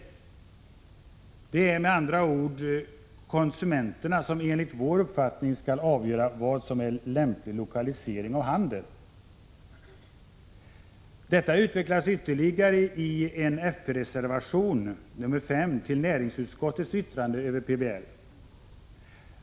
Det är med andra ord konsumenterna som enligt vår uppfattning skall avgöra vad som är en lämplig lokalisering av handeln. Detta utvecklas ytterligare i en fp-reservation nr till näringsutskottets yttrande över PBL.